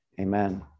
Amen